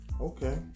Okay